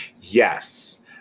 yes